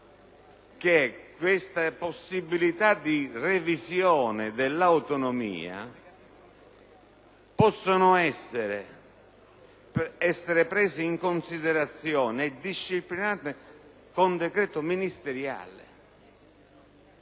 che queste possibilità di revisione dell'autonomia possono essere prese in considerazione e disciplinate con decreto ministeriale,